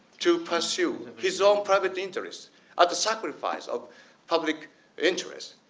to pursue his own private interests at the sacrifice of public interest,